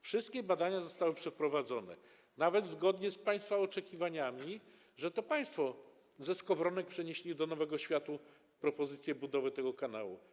Wszystkie badania zostały przeprowadzone, nawet zgodnie z państwa oczekiwaniami, bo to państwo przenieśli ze Skowronek do Nowego Światu propozycję budowy tego kanału.